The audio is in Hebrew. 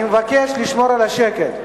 אני מבקש לשמור על השקט.